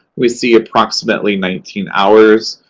we see approximately nineteen hours.